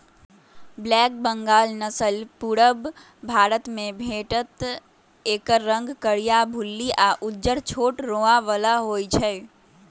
black Bengal नसल पुरुब भारतमे भेटत एकर रंग करीया, भुल्ली आ उज्जर छोट रोआ बला होइ छइ